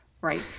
Right